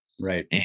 Right